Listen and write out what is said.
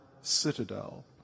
citadel